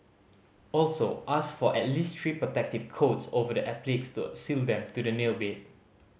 also ask for at least three protective coats over the appliques to seal them to the nail bed